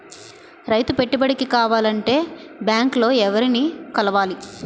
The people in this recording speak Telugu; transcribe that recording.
రైతు పెట్టుబడికి కావాలంటే బ్యాంక్ లో ఎవరిని కలవాలి?